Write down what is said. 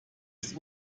ist